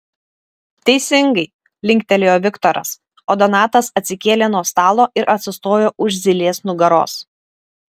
teisingai linktelėjo viktoras o donatas atsikėlė nuo stalo ir atsistojo už zylės nugaros